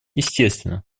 естественно